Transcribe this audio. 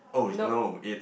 oh is no it's